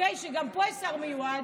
שגם פה יש שר מיועד,